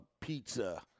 pizza